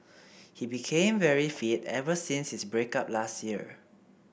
he became very fit ever since his break up last year